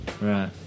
Right